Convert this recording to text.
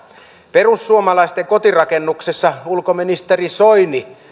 perussuomalaisten kodin rakennuksessa ulkoministeri soini